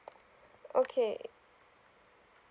okay